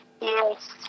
Yes